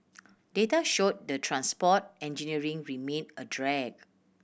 data showed the transport engineering remained a drag